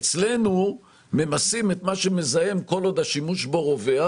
אצלנו ממסים את מה שמזהם כל עוד השימוש בו רווח,